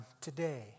Today